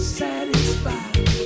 satisfied